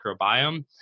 microbiome